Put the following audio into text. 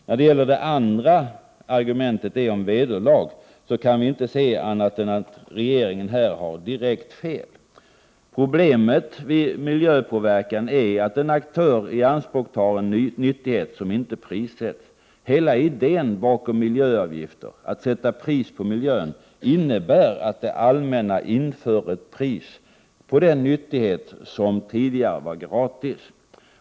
När det gäller det andra argumentet, om vederlag, kan vi inte se annat än att regeringen här har direkt fel. Problemet vid miljöpåverkan är att en aktör tar i anspråk en nyttighet som inte prissätts. Hela idén bakom miljöavgifter, att sätta pris på miljön, innebär att det allmänna inför ett pris på den nyttighet som tidigare var gratis.